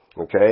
Okay